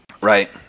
Right